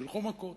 שילכו מכות